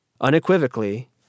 Unequivocally